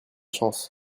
chance